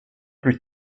plus